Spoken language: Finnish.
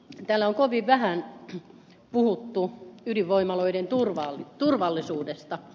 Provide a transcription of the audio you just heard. täällä on kovin vähän puhuttu ydinvoimaloiden turvallisuudesta